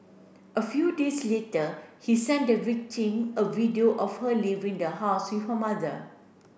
a few days later he sent the victim a video of her leaving the house with her mother